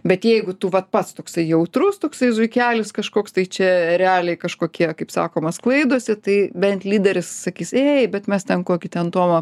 bet jeigu tu vat pats toksai jautrus toksai zuikelis kažkoks tai čia ereliai kažkokie kaip sakoma sklaidosi tai bent lyderis sakys ei bet mes ten kokį ten tomą